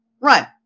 run